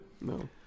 No